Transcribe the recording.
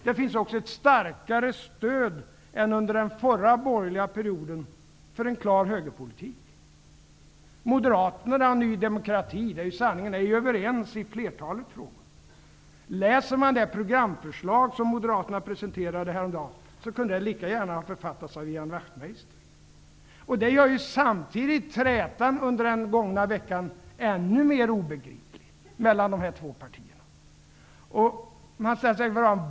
Det finns också ett starkare stöd än under den förra borgerliga perioden för en klar högerpolitik. Moderaterna och Ny demokrati är överens i flertalet frågor. Det programförslag som Moderaterna presenterade häromdagen skulle lika gärna kunna vara författat av Ian Wachtmeister. Det gör den gångna veckans träta mellan dessa båda partier än mer obegriplig.